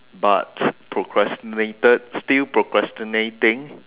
but procrastinated still procrastinating